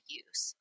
use